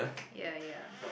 ya ya